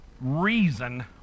reason